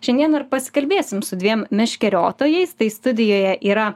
šiandien ir pasikalbėsim su dviem meškeriotojais tai studijoje yra